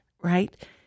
right